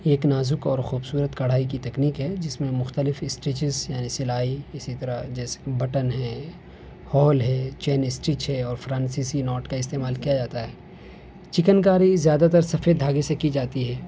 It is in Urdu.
یہ ایک نازک اور خوبصورت کڑھائی کی تکنیک ہے جس میں مختلف اسٹریچز یعنی سلائی اسی طرح جیسے بٹن ہیں ہول ہے چین اسٹرچ اور فرانسیسی ناٹ کا استعمال کیا جاتا ہے چکن کاری زیادہ تر سفید دھاگے سے کی جاتی ہے